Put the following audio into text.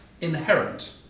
inherent